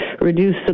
reduce